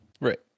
right